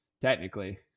technically